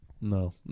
No